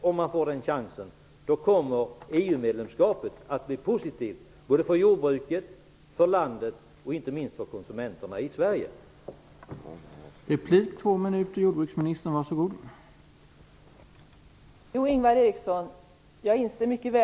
Om man får den chansen kommer EU-medlemskapet att bli positivt för jordbruket, för landet och, inte minst, för de svenska konsumenterna.